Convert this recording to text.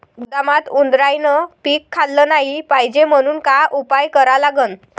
गोदामात उंदरायनं पीक खाल्लं नाही पायजे म्हनून का उपाय करा लागन?